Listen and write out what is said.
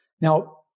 Now